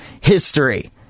history